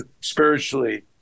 spiritually